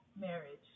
marriage